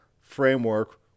framework